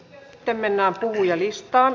sitten mennään puhujalistaan